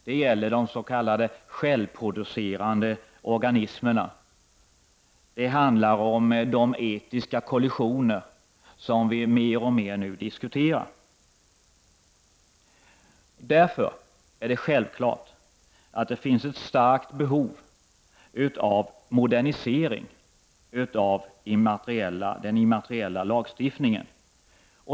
Det gäller de s.k. självproducerande organismerna. Det handlar om de etiska kollisioner som vi mer och mer nu diskuterar. Därför är det självklart att det finns ett starkt behov av modernisering av den immateriella lagstiftningen.